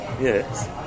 Yes